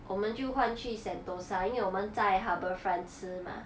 我们就换去 sentosa 因为我们在 harbourfront 吃 mah